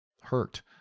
hurt